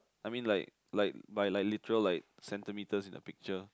I mean like like by like literal like centimeter the picture